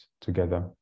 together